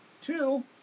Two